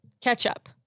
Ketchup